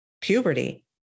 puberty